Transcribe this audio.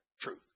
truth